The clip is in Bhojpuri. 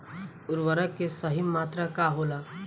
उर्वरक के सही मात्रा का होला?